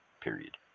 Period